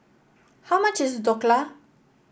how much is Dhokla